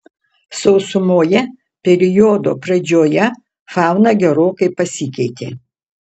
sausumoje periodo pradžioje fauna gerokai pasikeitė